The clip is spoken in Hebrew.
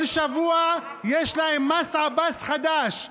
כל שבוע יש להם מס עבאס חדש.